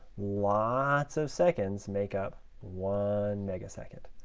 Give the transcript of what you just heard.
lots of seconds make up one megasecond.